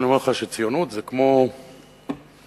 אבל אני אומר לך שציונות זה כמו קוסקוס: